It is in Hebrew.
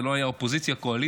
זה לא היה אופוזיציה קואליציה,